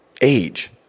age